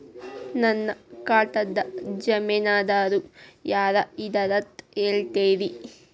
ನನ್ನ ಖಾತಾದ್ದ ಜಾಮೇನದಾರು ಯಾರ ಇದಾರಂತ್ ಹೇಳ್ತೇರಿ?